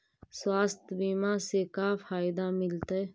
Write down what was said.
स्वास्थ्य बीमा से का फायदा मिलतै?